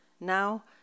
Now